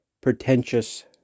pretentious